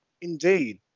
Indeed